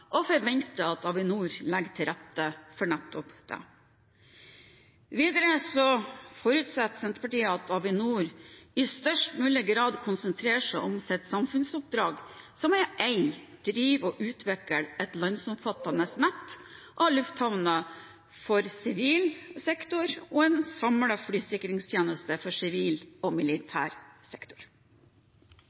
og forventer at Avinor legger til rette for nettopp dette. Videre forutsetter Senterpartiet at Avinor i størst mulig grad konsentrerer seg om sitt samfunnsoppdrag, som er å eie, drive og utvikle et landsomfattende nett av lufthavner for sivil sektor og en samlet flysikringstjeneste for sivil og militær sektor.